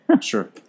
Sure